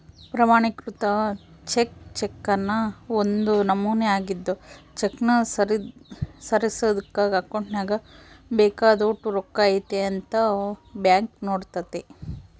ಪ್ರಮಾಣಿಕೃತ ಚೆಕ್ ಚೆಕ್ನ ಒಂದು ನಮೂನೆ ಆಗಿದ್ದು ಚೆಕ್ನ ಸರಿದೂಗ್ಸಕ ಅಕೌಂಟ್ನಾಗ ಬೇಕಾದೋಟು ರೊಕ್ಕ ಐತೆ ಅಂತ ಬ್ಯಾಂಕ್ ನೋಡ್ತತೆ